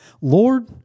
Lord